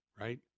right